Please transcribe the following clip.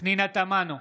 פנינה תמנו,